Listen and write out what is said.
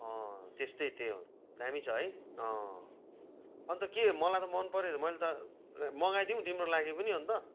त्यस्तै त्यो हो दामी छ है अँ अन्त के मलाई त मन पर्यो मैले त मगाइदिऊँ तिम्रो लागि पनि अन्त